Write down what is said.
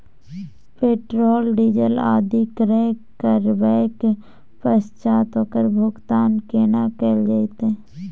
Petrol, diesel आदि क्रय करबैक पश्चात ओकर भुगतान केना कैल जेतै?